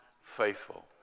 faithful